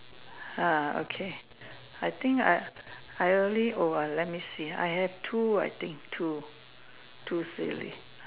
ah okay I think I I really oh uh let me see I have two I think two two silly